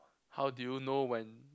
how do you know when